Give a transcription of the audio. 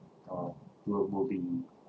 uh will will be